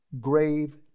grave